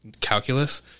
calculus